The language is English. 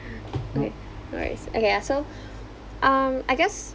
okay alright okay ya so um I guess